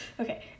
Okay